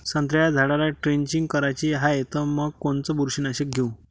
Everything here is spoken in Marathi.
संत्र्याच्या झाडाला द्रेंचींग करायची हाये तर मग कोनच बुरशीनाशक घेऊ?